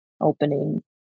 opening